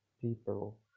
people